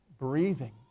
breathing